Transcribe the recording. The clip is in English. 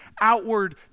outward